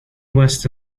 was